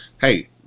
Hey